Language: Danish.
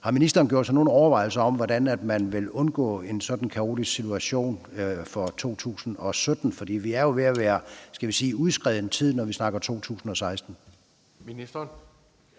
Har ministeren gjort sig nogle overvejelser om, hvordan man vil undgå en sådan kaotisk situation for 2017? For vi er jo ved at have, skal vi sige overskredet tiden, når vi snakker 2016. Kl.